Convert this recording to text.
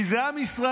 כי זה עם ישראל,